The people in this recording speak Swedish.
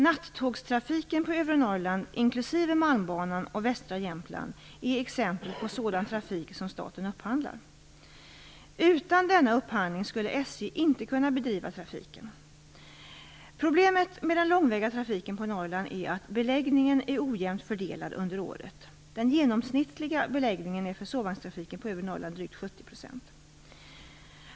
Nattågstrafiken på övre Norrland, inklusive Malmbanan och trafiken på västra Jämtland, är exempel på sådan trafik som staten upphandlar. Utan denna upphandling skulle SJ inte kunna bedriva trafiken. Problemet med den långväga trafiken på Norrland är att beläggningen är ojämnt fördelad under året. Den genomsnittliga beläggningen är för sovvagnstrafiken på övre Norrland drygt 70 %.